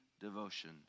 devotion